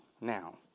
now